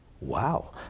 Wow